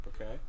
Okay